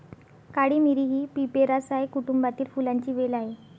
काळी मिरी ही पिपेरासाए कुटुंबातील फुलांची वेल आहे